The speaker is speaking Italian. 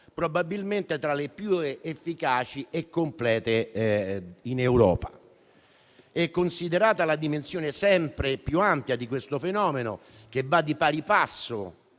probabilmente tra le più efficaci e complete in Europa. Considerata la dimensione sempre più ampia di questo fenomeno, che va di pari passo